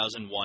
2001